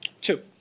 Two